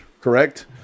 correct